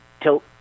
Tilt